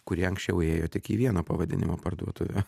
kurie anksčiau ėjo tik į vieno pavadinimo parduotuvę